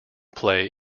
play